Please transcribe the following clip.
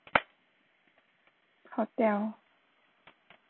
hotel